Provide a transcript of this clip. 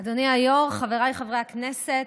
אדוני היושב-ראש, חבריי חברי הכנסת,